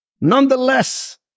Nonetheless